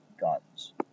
guns